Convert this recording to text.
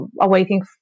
awaiting